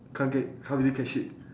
can't get can't really catch it